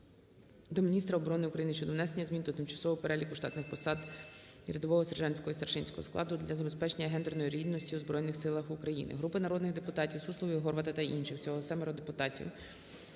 до міністра оборони України щодо внесення змін до Тимчасового переліку штатних посад рядового, сержантського і старшинського складу для забезпечення гендерної рівності у Збройних Силах України. Групи народних депутатів (Суслової, Горвата та інших. Всього 7 депутатів)